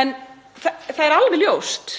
En það er alveg ljóst